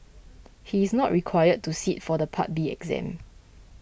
he is not required to sit for the Part B exam